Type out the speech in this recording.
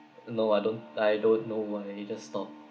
no I don't I don't know why it just stopped